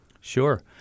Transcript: Sure